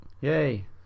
Yay